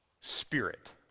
spirit